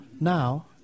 now